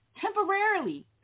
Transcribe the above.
temporarily